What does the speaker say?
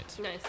Nice